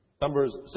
Numbers